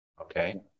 okay